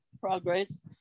progress